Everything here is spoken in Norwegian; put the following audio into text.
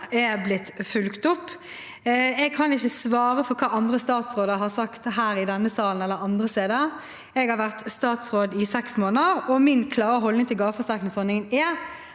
er blitt fulgt opp. Jeg kan ikke svare for hva andre statsråder har sagt her i denne salen eller andre steder. Jeg har vært statsråd i seks måneder, og min klare holdning til gaveforsterkningsordningen er